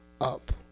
up